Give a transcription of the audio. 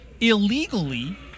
illegally